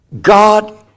God